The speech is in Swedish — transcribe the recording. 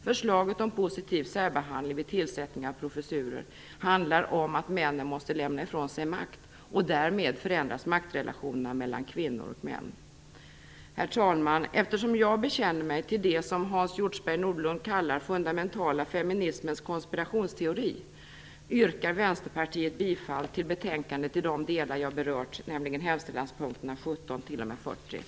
Förslaget om positiv särbehandling vid tillsättning av professurer handlar om att männen måste lämna ifrån sig makt - därmed förändras maktrelationerna mellan kvinnor och män Herr talman! Eftersom jag bekänner mig till det som Hans Hjortzberg-Nordlund kallar den fundamentala feminismens konspirationsteori yrkar Vänsterpartiet bifall till utskottets hemställan i de delar av betänkandet som jag berört, nämligen under punkterna 17-40.